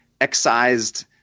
excised